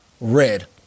red